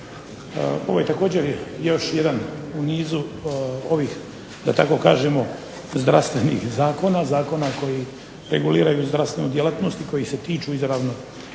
Ovo je također još jedan u nizu ovih da tako kažemo zdravstvenih zakona, zakona koji reguliraju zdravstvenu djelatnost i koji se tiču izravno